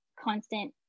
constant